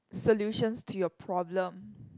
solutions to your problem